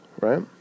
right